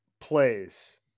plays